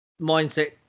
mindset